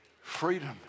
Freedom